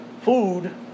food